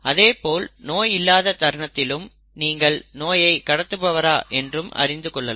அதேபோல் நோய் இல்லாத தருணத்திலும் நீங்கள் நோயை கடந்துபவரா என்றும் அறிந்து கொள்ளலாம்